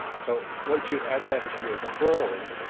so once you add that to your chrome